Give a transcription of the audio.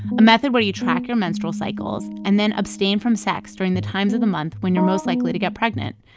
a method where you track your menstrual cycles and then abstain from sex during the times of the month when you're most likely to get pregnant.